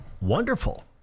wonderful